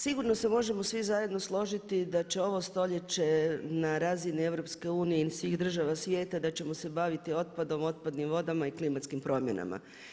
Sigurno se možemo svi zajedno složiti da će ovo stoljeće na razini EU ili svih država svijeta da ćemo se baviti otpadom, otpadnim vodama i klimatskim promjenama.